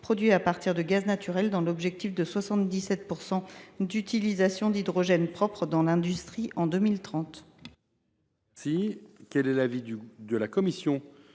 produit à partir de gaz naturel, afin d’atteindre l’objectif de 77 % d’utilisation d’hydrogène propre dans l’industrie en 2030. Quel est l’avis de la commission ?